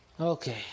Okay